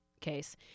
case